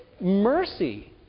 mercy